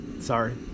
Sorry